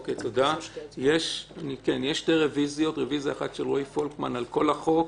יש שתי רביזיות: רביזיה אחת של רועי פולקמן על כל החוק,